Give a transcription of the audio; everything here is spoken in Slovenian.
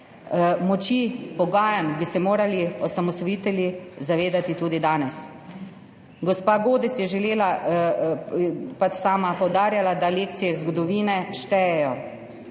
Moči pogajanj bi se morali osamosvojitelji zavedati tudi danes. Gospa Godec je sama poudarjala, da lekcije iz zgodovine štejejo,